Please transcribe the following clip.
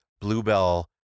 Bluebell